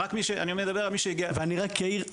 אני מדבר על מי שהגיע --- ואני רק אעיר,